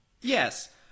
Yes